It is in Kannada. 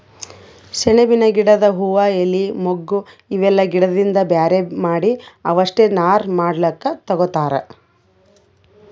ಸೆಣಬಿನ್ ಗಿಡದ್ ಹೂವಾ ಎಲಿ ಮೊಗ್ಗ್ ಇವೆಲ್ಲಾ ಗಿಡದಿಂದ್ ಬ್ಯಾರೆ ಮಾಡಿ ಅವಷ್ಟೆ ನಾರ್ ಮಾಡ್ಲಕ್ಕ್ ತಗೊತಾರ್